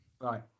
Right